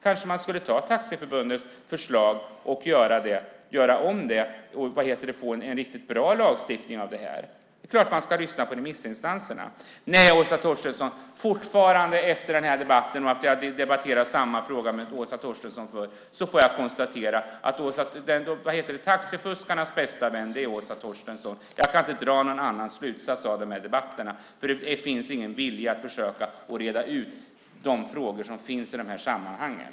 Man skulle kanske ta Taxiförbundets förslag och göra om det och få en riktigt bra lagstiftning av detta. Det är klart att man ska lyssna på remissinstanserna. Nej, Åsa Torstensson, efter den här debatten och efter att ha debatterat samma fråga med Åsa Torstensson förut kan jag konstatera att taxifuskarnas bästa vän är Åsa Torstensson. Jag kan inte dra någon annan slutsats av de här debatterna. Det finns ingen vilja att försöka reda ut de frågor som finns i de här sammanhangen.